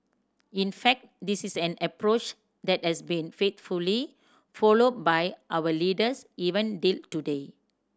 in fact this is an approach that has been faithfully followed by our leaders even till today